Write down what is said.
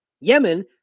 Yemen